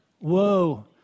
Whoa